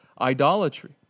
idolatry